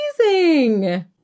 amazing